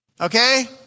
Okay